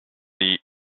seat